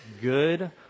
good